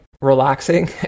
relaxing